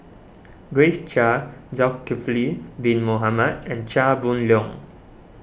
Grace Chia Zulkifli Bin Mohamed and Chia Boon Leong